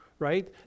right